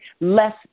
less